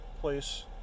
place